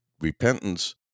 repentance